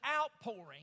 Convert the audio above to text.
outpouring